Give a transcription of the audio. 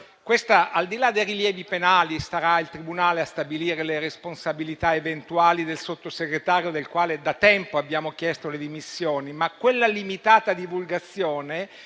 Al di là dei rilievi penali - starà al tribunale stabilire le responsabilità eventuali del Sottosegretario, del quale da tempo abbiamo chiesto le dimissioni - quella limitata divulgazione,